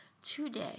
today